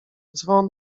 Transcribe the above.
dzwon